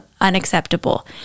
unacceptable